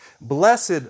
Blessed